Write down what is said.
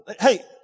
Hey